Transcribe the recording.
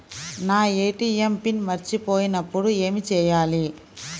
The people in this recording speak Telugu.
నా ఏ.టీ.ఎం పిన్ మర్చిపోయినప్పుడు ఏమి చేయాలి?